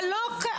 לא,